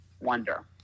wonder